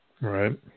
Right